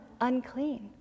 unclean